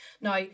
Now